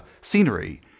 scenery